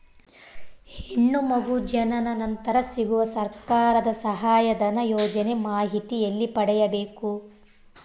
ಹೆಣ್ಣು ಮಗು ಜನನ ನಂತರ ಸಿಗುವ ಸರ್ಕಾರದ ಸಹಾಯಧನ ಯೋಜನೆ ಮಾಹಿತಿ ಎಲ್ಲಿ ಪಡೆಯಬೇಕು?